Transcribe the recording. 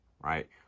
right